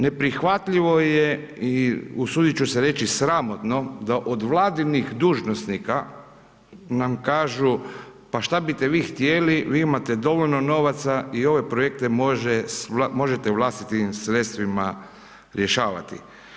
Neprihvatljivo je i usuditi ću se reći sramotno, da od vladinih dužnosnika, nam kažu, pa šta biste vi htjeli, vi imate dovoljno novaca i ove projekte možete vlastitim sredstvima rješavati.